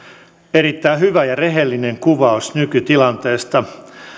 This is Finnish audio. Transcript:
erittäin hyvä ja rehellinen kuvaus nykytilanteesta